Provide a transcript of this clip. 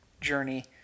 journey